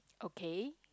okay